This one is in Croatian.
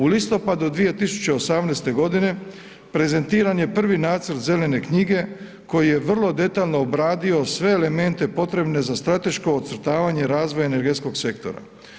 U listopadu 2018.g. prezentiran je prvi nacrt zelene knjige koji je vrlo detaljno obradio sve elemente potrebne za strateško ocrtavanje razvoja energetskog sektora.